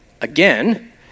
again